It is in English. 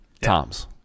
Tom's